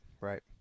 right